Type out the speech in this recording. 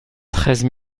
treize